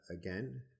again